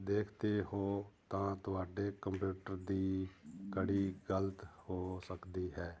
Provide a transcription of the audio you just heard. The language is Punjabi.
ਦੇਖਦੇ ਹੋ ਤਾਂ ਤੁਹਾਡੇ ਕੰਪਿਊਟਰ ਦੀ ਬੜੀ ਗਲਤ ਹੋ ਸਕਦੀ ਹੈ